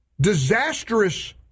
disastrous